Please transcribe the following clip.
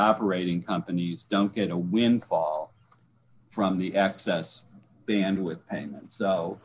operating companies don't get a windfall from the access bandwidth pa